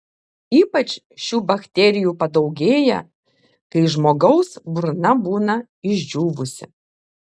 ypač šių bakterijų padaugėja kai žmogaus burna būna išdžiūvusi